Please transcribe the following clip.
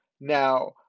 Now